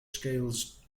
scales